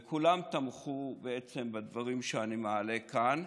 וכולם תמכו בעצם בדברים שאני מעלה כאן,